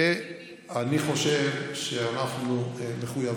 ואני חושב שאנחנו מחויבים,